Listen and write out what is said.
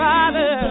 Father